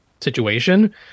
situation